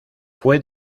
fue